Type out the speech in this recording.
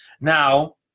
Now